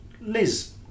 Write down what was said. Liz